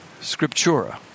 scriptura